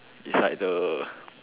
it's like the